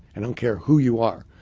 i don't care who you are.